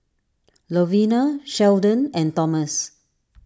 Lovina Sheldon and Thomas